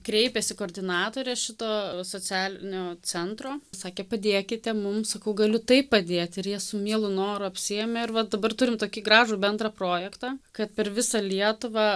kreipėsi koordinatorė šito socialinio centro sakė padėkite mums sakau galiu taip padėt ir jie su mielu noru apsiėmė ir va dabar turim tokį gražų bendrą projektą kad per visą lietuvą